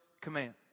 command